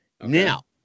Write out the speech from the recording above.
Now